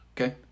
Okay